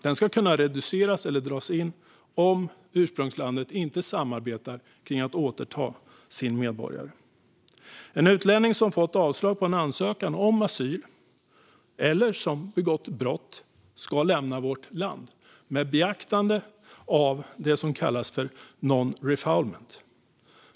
Det ska kunna reduceras eller dras in om ursprungslandet inte samarbetar kring att återta sin medborgare. En utlänning som fått avslag på en ansökan om asyl eller som begått brott ska lämna vårt land med beaktande av det som kallas för non-refoulement.